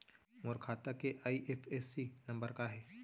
मोर खाता के IFSC number का हे?